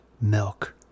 milk